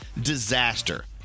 disaster